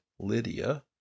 Lydia